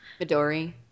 Midori